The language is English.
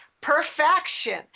perfection